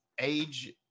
Age